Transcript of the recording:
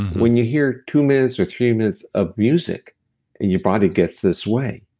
when you hear two minutes or three minutes of music and your body gets this way,